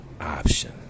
option